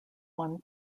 one